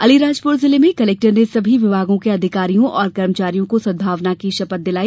अलीराजपूर जिले में कलेक्टर ने सभी विभागों के अधिकारियों और कर्मचारियों को सद्भावना की शपथ दिलाई